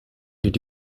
did